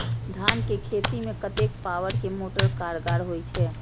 धान के खेती में कतेक पावर के मोटर कारगर होई छै?